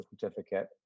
certificate